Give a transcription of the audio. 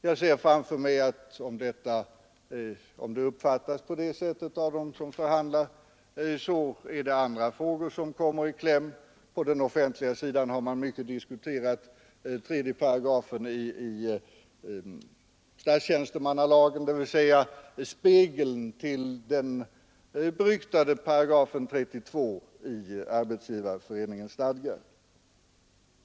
Jag ser framför mig hur andra frågor kommer i kläm om utskottets betänkande uppfattas på det sättet av dem som förhandlar. På den offentliga sidan har man mycket diskuterat 3 § i statstjänstemannalagen, dvs. spegeln till den beryktade 32 § i Arbetsgivareföreningens stadgar.